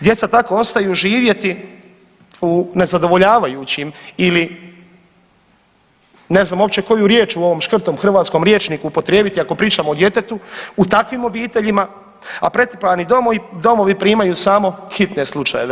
Djeca tako ostaju živjeti u nezadovoljavajućim ili, ne znam uopće koju riječ u ovom škrtom hrvatskom rječniku upotrijebiti, ako pričamo o djetetu, u takvim obiteljima, a pretrpani domovi primaju samo hitne slučajeve.